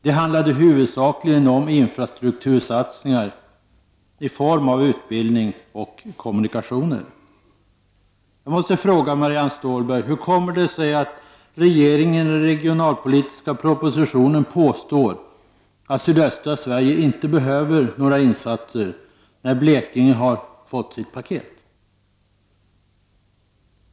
Det handlade huvudsakligen om infrastruktursatsningar i form av utbildning och kommunikationer. Jag måste fråga Marianne Stålberg hur det kommer sig att regeringen i den regionalpolitiska propositionen påstår att sydöstra Sverige inte behöver några insatser när Blekinge har fått sitt paket.